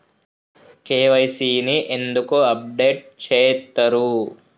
KYC ని ఎందుకు update చేత్తరు?